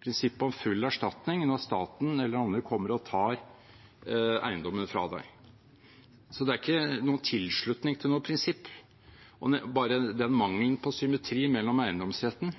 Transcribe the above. prinsippet om full erstatning når staten eller andre kommer og tar eiendommen fra deg. Det er ikke noen tilslutning til noe prinsipp – bare mangelen på symmetri mellom eiendomsretten